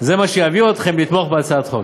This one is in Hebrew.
זה מה שיביא אתכם לתמוך בהצעת החוק.